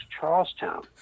Charlestown